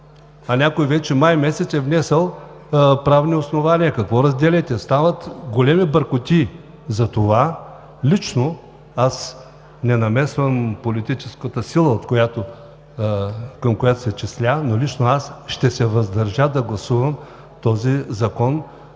някой вече е внесъл правни основания?! Какво разделяте?! Ще станат големи бъркотии. Затова без да намесвам политическата сила, към която се числя, лично аз ще се въздържа да гласувам този закон,